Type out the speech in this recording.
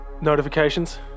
notifications